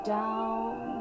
down